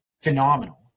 phenomenal